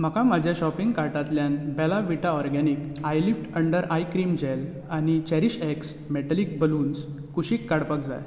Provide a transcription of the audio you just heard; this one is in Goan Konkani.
म्हाका म्हज्या शॉपिंग कार्टांतल्यान Bella Vita organic eyelift under eye cream gel आनी चॅरीशएक्स मॅटेलीक बलून्स कुशीक काडपाक जाय